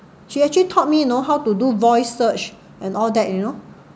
she actually taught me you know how to do voice search and all that you know